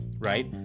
right